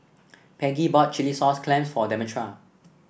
Peggie bought Chilli Sauce Clams for Demetra